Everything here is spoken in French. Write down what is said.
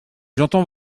j’entends